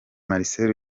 marcel